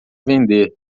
vender